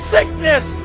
Sickness